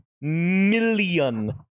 million